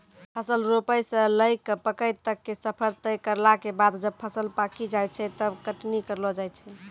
फसल रोपै स लैकॅ पकै तक के सफर तय करला के बाद जब फसल पकी जाय छै तब कटनी करलो जाय छै